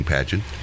Pageant